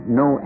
no